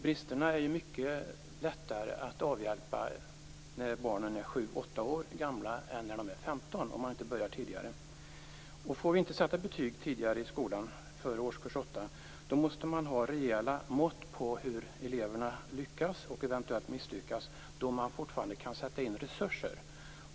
Bristerna är mycket lättare att avhjälpa när barnen är 7-8 år än när de är 15 år, om man inte börjar tidigare. Om man inte får sätta betyg tidigare i skolan, före årskurs 8, måste det finnas rejäla mått på hur eleverna lyckas eller eventuellt misslyckas, då man fortfarande kan sätta in resurser.